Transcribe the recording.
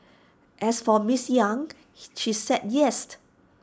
as for miss yang she said